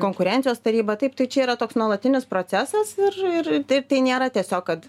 konkurencijos taryba taip tai čia yra toks nuolatinis procesas ir ir taip tai nėra tiesiog kad